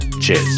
cheers